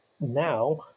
now